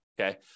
okay